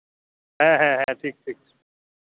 ᱦᱮᱸ ᱦᱮᱸ ᱴᱷᱤᱠ ᱴᱷᱤᱠ